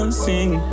sing